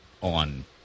on